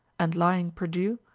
and lying perdui,